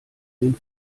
den